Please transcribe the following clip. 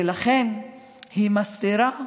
ולכן היא מסתירה ומתעלמת.